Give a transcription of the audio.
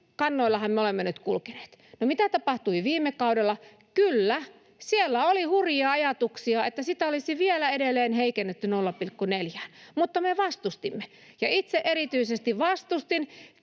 kannoillahan me olemme nyt kulkeneet. No, mitä tapahtui viime kaudella? Kyllä, siellä oli hurjia ajatuksia, että sitä olisi vielä edelleen heikennetty 0,4:ään, mutta me vastustimme, ja itse erityisesti vastustin.